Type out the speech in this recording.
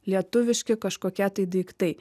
lietuviški kažkokie tai daiktai